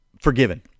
forgiven